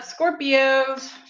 Scorpios